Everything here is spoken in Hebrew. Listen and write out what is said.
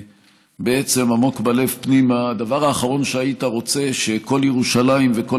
ובעצם עמוק בלב פנימה הדבר האחרון שהיית רוצה הוא שכל ירושלים וכל